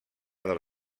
del